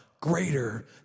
greater